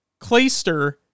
Clayster